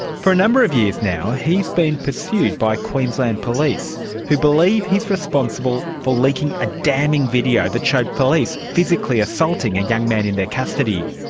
for a number of years now he has been pursued by queensland police who believe he is responsible for leaking a damning video that showed police physically assaulting a young man in their custody.